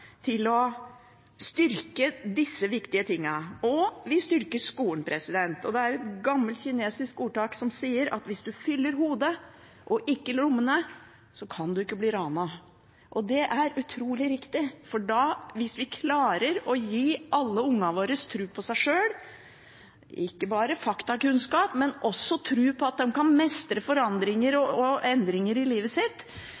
til å styrke disse viktige tingene. Vi styrker også skolen. Det er et gammelt kinesisk ordtak som sier at den som fyller hodet og ikke lommene, kan ikke bli ranet. Det er utrolig riktig. Hvis vi klarer å gi alle ungene våre tru på seg sjøl, ikke bare faktakunnskap, men også tru på at de kan mestre